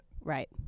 Right